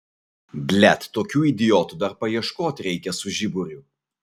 blet tokių idiotų dar paieškot reikia su žiburiu